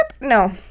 No